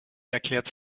erklärte